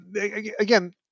again